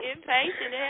Impatient